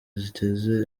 ziteza